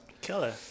Killer